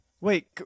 Wait